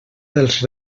dels